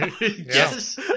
Yes